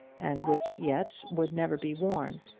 and which yet would never be worn,